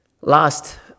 Last